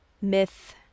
myth